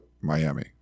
Miami